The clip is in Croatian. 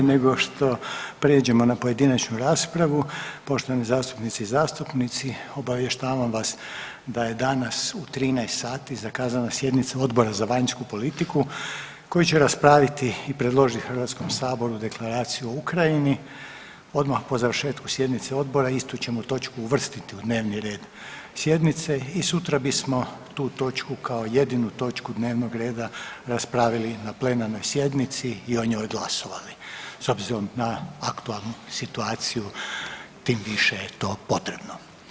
Prije nego što pređemo na pojedinačnu raspravu poštovani zastupnici i zastupnice obavještavam vas da je danas u 13,00 sati zakazana sjednica Odbora za vanjsku politiku koji će raspraviti i predložiti HS-u Deklaraciju o Ukrajini, odmah po završetku sjednice odbora istu ćemo točku uvrstiti u dnevni red sjednice i sutra bismo tu točku kao jedinu točku dnevnog reda raspravili na plenarnoj sjednici i o njoj glasovali, s obzirom na aktualnu situaciju tim više je to potrebno.